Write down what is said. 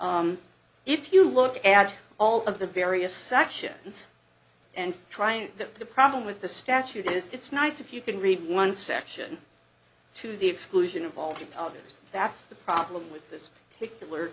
if you look at all of the various sections and trying that the problem with the statute is it's nice if you can read one section to the exclusion of all the powders that's the problem with this particular